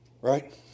Right